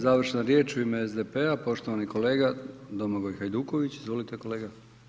Završna riječ u ime SDP-a, poštovani kolega Domagoj Hajduković, izvolite kolega.